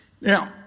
Now